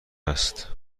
است